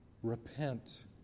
Repent